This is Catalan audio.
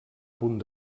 punt